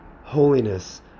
holiness